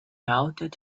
outed